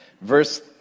Verse